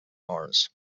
mars